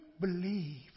believe